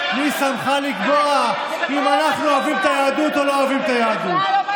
מי שמך לקבוע אם אנחנו אוהבים את היהדות או לא אוהבים את היהדות?